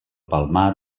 palmar